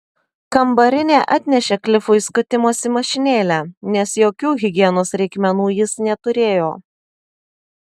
kambarinė atnešė klifui skutimosi mašinėlę nes jokių higienos reikmenų jis neturėjo